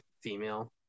female